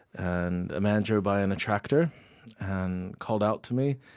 and a man drove by in a tractor and called out to me